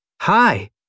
Hi